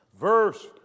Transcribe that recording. verse